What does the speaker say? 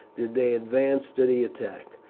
did they advance to the attack,